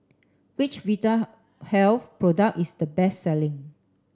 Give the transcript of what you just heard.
Which Vitahealth product is the best selling